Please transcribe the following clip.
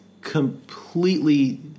completely